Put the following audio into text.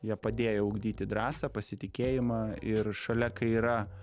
jie padėjo ugdyti drąsą pasitikėjimą ir šalia kai yra